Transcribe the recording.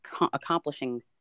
accomplishing